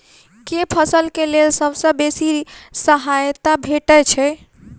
केँ फसल केँ लेल सबसँ बेसी सहायता भेटय छै?